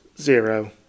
zero